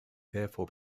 therefore